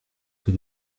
que